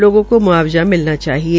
लोगों को म्आवजा मिलना चाहिये